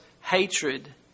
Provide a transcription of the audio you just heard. hatred